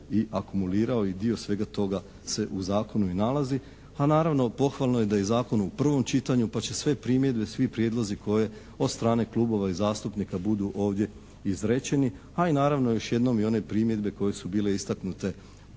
i akumulirao i dio svega toga se u zakonu i nalazi, a naravno pohvalno je da je u zakon u prvom čitanju pa će sve primjedbe, svi prijedlozi koje od strane klubova i zastupnika budu ovdje izrečeni, a i naravno još jednom i one primjedbe koje su bile istaknute